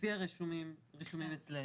לפי הרשומים אצלנו.